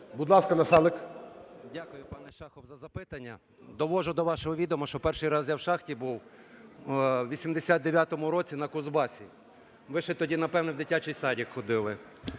Дякую, пане Шахов за запитання. Довожу до вашого відома, що перший раз я в шахті був в 89-му році на Кузбасі, ви ще тоді, напевно, в дитячий садок ходили.